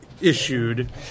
issued